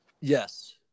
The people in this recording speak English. yes